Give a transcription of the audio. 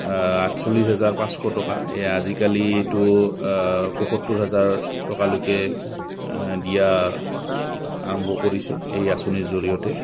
আঠচল্লিছ হাজাৰ পাঁচশ টকা এই আজিকালি এইটো পয়সত্তৰ হাজাৰ টকালৈকে দিয়া আৰম্ভ কৰিছে এই আঁচনিৰ জৰিয়তে